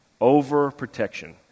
Overprotection